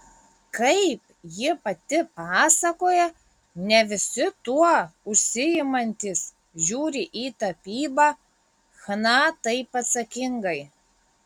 kaip ji pati pasakoja ne visi tuo užsiimantys žiūri į tapybą chna taip atsakingai